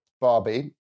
Barbie